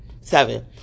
Seven